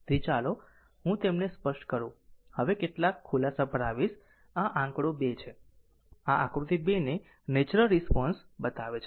તેથી ચાલો હું તમને સ્પષ્ટ કરું છું હવે હું કેટલાક ખુલાસા પર આવીશ આ આંકડો 2 છે આ આકૃતિ 2 ને નેચરલ રિસ્પોન્સ બતાવે છે